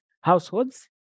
households